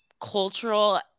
cultural